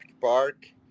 Park